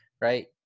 right